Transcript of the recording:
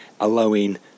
allowing